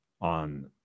on